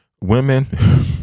women